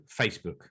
Facebook